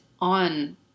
on